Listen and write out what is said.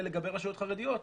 לגבי רשויות חרדות,